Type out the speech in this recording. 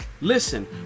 Listen